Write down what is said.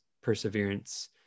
perseverance